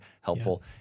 helpful